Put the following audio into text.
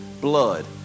blood